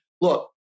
Look